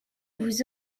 vous